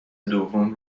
دوم